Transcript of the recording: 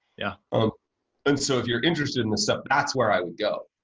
yeah ah and so, if you're interested in this stuff, that's where i would go.